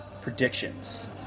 predictions